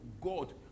God